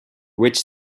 which